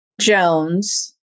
Jones